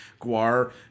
Guar